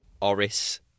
Oris